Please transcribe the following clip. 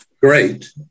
great